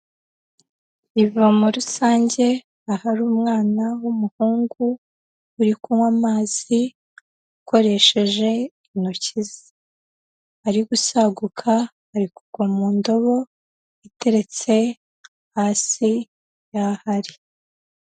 Ivomo rusange ahari umwana w'umuhungu uri kunywa amazi akoresheje intoki ze, ari gusaguka ari kugwa mu ndobo iteretse hasi y'aho ari.